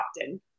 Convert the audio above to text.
often